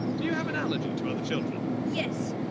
do you have an allergy to other children? yes,